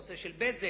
בנושא של בזק,